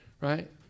right